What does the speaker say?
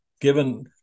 given